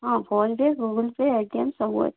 ହଁ PhonePe Google Pay Paytm ସବୁ ଅଛେ